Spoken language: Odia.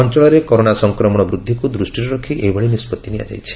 ଅଞ୍ଚଳରେ କରୋନା ସଂକ୍ରମଣ ବୁଦ୍ଧିକୁ ଦୃଷ୍ଟିରେ ରଖି ଏଭଳି ନିଷ୍ବଉି ନିଆଯାଇଛି